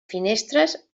finestres